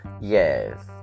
Yes